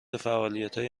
فعالیتهای